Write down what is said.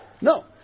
No